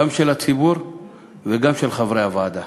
גם של הציבור וגם של חברי הוועדה.